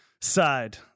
side